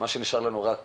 מה שנשאר לנו זה רק